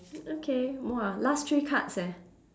okay !wah! last three cards eh